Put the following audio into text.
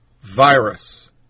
virus